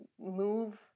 move